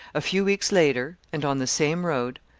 a few weeks later, and, on the same road,